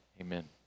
Amen